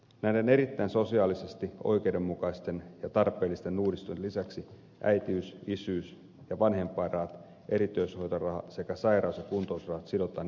näiden erittäin sosiaalisesti oikeudenmukaisten ja tarpeellisten uudistusten lisäksi äitiys isyys ja vanhempainrahat erityishoitoraha sekä sairaus ja kuntoutusrahat sidotaan indeksiin